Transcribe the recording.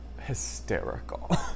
hysterical